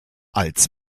als